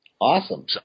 Awesome